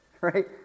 Right